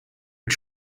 but